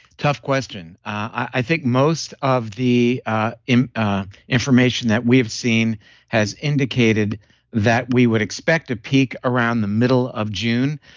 tough question. i think most of the ah information that we have seen has indicated that we would expect a peak around the middle of june.